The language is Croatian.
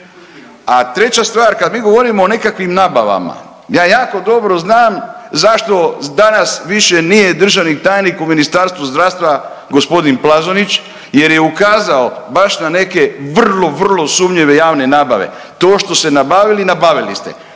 A treća stvar, kad mi govorimo o nekakvim nabavama, ja jako dobro znam zašto danas više nije državni tajnik u Ministarstvu zdravstva g. Plazonić, jer je ukazao baš na neke vrlo vrlo sumnjive javne nabave. To što ste nabavili, nabavili ste,